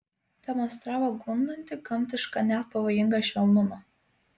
demonstravo gundantį gamtišką net pavojingą švelnumą